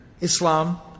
Islam